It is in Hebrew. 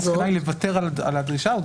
המסקנה היא לוותר על הדרישה הזו.